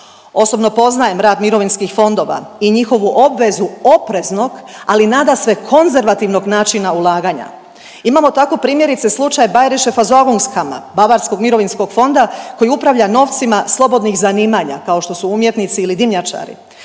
Osobno poznajem rad mirovinskih fondova i njihovu obvezu opreznog, ali nadasve konzervativnog načina ulaganja. Imamo tako primjerice, slučaj .../Govornik se ne razumije./... bavarskog mirovinskog fonda koji upravlja novcima slobodnih zanimanja, kao što su umjetnici ili dimnjačari.